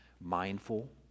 mindful